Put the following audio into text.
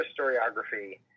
historiography